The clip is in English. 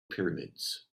pyramids